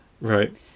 right